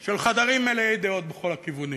של חדרים מלאי דעות מכל הכיוונים.